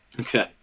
okay